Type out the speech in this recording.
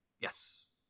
Yes